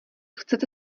chcete